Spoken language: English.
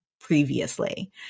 previously